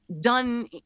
done